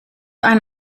ein